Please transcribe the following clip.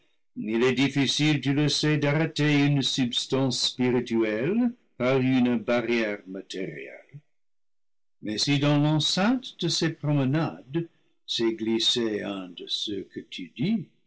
il est difficile tu le sais d'arrêter une substance spi rituelle par une barrière matérielle mais si dans l'enceinte de ces promenades s'est glissé un de ceux que tu dis